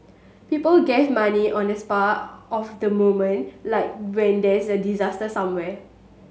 people give money on the spur of the moment like when there's a disaster somewhere